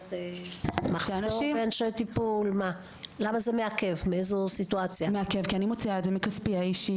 זה מעכב כי אני מוציאה את זה מכספי האישי.